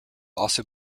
also